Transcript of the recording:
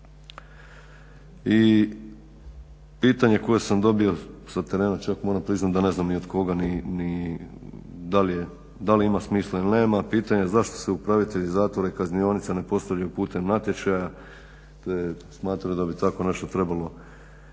I pitanje koje sam dobio sa terena, čak moram priznati da ne znam ni od koga ni da li ima smisla ili nema, pitanje zašto se upravitelji zakona i kaznionica ne postavljaju putem natječaja te smatram da bi takvo nešto trebalo